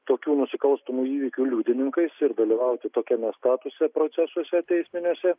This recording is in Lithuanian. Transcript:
tokių nusikalstamų įvykių liudininkais ir dalyvauti tokiame statuse procesuose teisminiuose